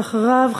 ואחריו,